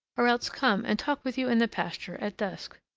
or else come and talk with you in the pasture at dusk.